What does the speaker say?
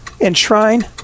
Enshrine